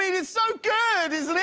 is so good, isn't